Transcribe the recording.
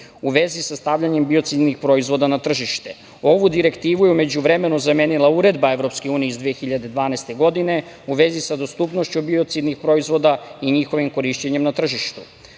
u vezi sa stavljanjem biocidnih proizvoda na tržište. Ovu direktivu je u međuvremenu zamenila Uredba EU iz 2012. godine, u vezi sa dostupnošću biocidnih proizvoda i njihovim korišćenjem na tržištu. Zbog